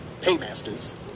paymasters